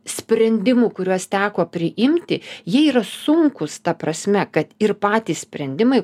sprendimų kuriuos teko priimti jie yra sunkūs ta prasme kad ir patys sprendimai